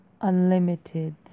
unlimited